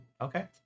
Okay